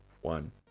one